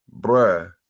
Bruh